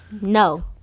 no